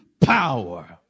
power